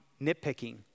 nitpicking